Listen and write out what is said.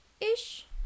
Ish